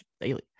daily